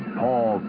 paul